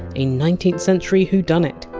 a nineteenth century whodunnit.